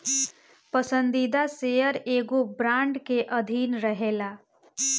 पसंदीदा शेयर एगो बांड के अधीन रहेला